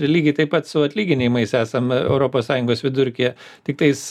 ir lygiai taip pat su atlyginimais esam europos sąjungos vidurkyje tiktais